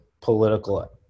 political